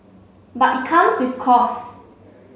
but it comes with costs